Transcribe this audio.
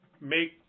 make